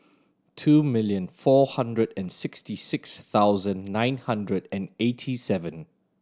two million four hundred and sixty six thousand nine hundred and eighty seven